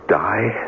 die